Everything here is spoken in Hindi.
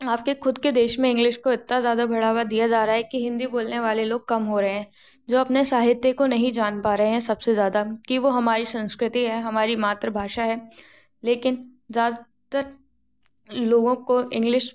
आप के ख़ुद के देश में इंग्लिश को इतना ज़्यादा बढ़ावा दिया जा रहा है की हिन्दी बोलने वाले लोग कम हो रहे है जो अपने साहित्य को नहीं जान पा रहे हैं सबसे ज़्यादा की वह हमारी संस्कृति है हमारी मातृभाषा हैं लेकिन ज़्यादातर लोगों को इंग्लिश